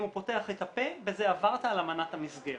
אם הוא פותח את הפה, בזה עברת על אמנת המסגרת.